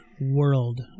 world